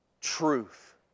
truth